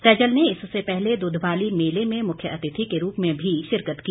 सहजल ने इससे पहले दुधबाली मेले में मुख्य अतिथि के रूप में भी शिरकत की